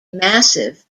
massive